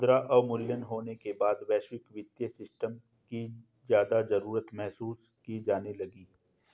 मुद्रा अवमूल्यन होने के बाद वैश्विक वित्तीय सिस्टम की ज्यादा जरूरत महसूस की जाने लगी